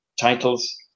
titles